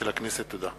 תודה.